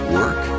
work